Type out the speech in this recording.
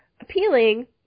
appealing